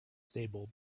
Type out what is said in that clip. stable